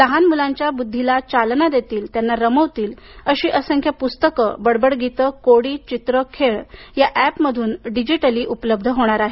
लहान मुलांच्या बुद्धीला चालना देतील आणि त्यांना रमवतील अशी असंख्य पुस्तकं बडबडगीते कोडी चित्रं खेळ या एपमधून डिजिटली उपलब्ध होणार आहेत